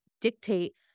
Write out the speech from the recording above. dictate